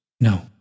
No